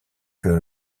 que